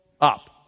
up